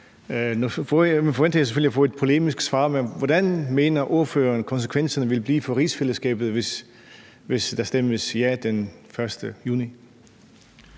nu forventer jeg selvfølgelig at få et polemisk svar, men hvordan mener partilederen konsekvenserne vil blive for rigsfællesskabet, hvis der stemmes ja den 1. juni?